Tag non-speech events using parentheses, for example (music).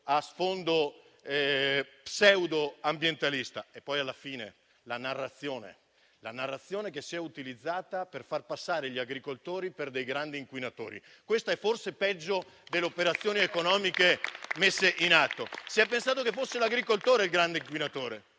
a sfondo pseudoambientalista. E poi, alla fine, sottolineo la narrazione che è stata utilizzata per far passare gli agricoltori per dei grandi inquinatori. Questo aspetto è forse peggiore delle operazioni economiche messe in atto. (applause) Si è pensato che fosse l'agricoltore il grande inquinatore.